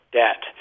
debt